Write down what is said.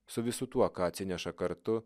su visu tuo ką atsineša kartu